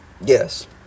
Yes